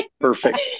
perfect